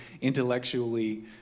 intellectually